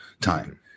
time